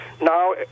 Now